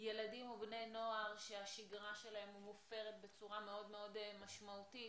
ילדים ובני נוער שהשגרה שלהם מופרת בצורה מאוד-מאוד משמעותי,